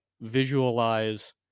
visualize